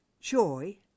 joy